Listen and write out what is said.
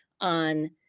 on